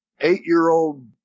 eight-year-old